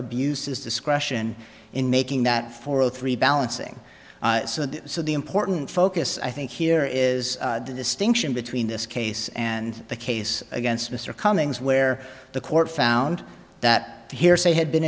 his discretion in making that for all three balancing so the important focus i think here is the distinction between this case and the case against mr cummings where the court found that hearsay had been